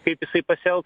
kaip jisai pasielgs